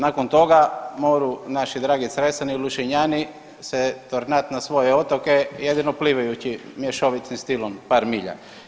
Nakon toga moru naši dragi Cresani i Lušinjani se tornat na svoje otoke jedino plivajući mješovitim stilom par milja.